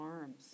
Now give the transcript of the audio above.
arms